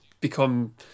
become